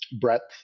breadth